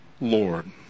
Lord